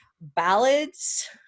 ballads